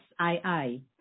SII